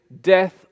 death